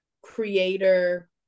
creator